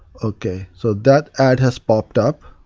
okay, so that ad has popped up.